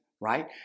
Right